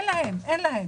אין להן, אין להן,